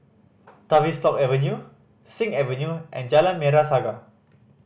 Tavistock Avenue Sing Avenue and Jalan Merah Saga